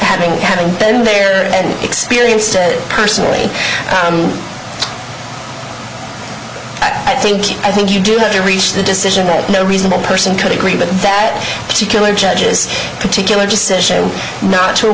having having been there and experienced it personally i think i think you do have to reach the decision that no reasonable person could agree with that particular judge's particular decision not to